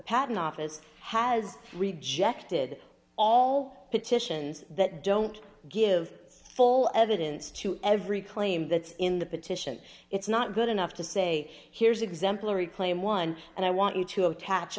patent office has rejected all petitions that don't give full evidence to every claim that's in the petition it's not good enough to say here's exemplary claim one and i want you to attach